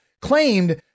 claimed